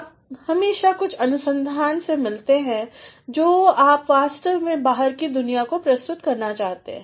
आप हमेशा कुछ अनुसंधान से मिलते हैं जो आप वास्तव में बाहर की दुनिया को प्रस्तुत करना चाहते हैं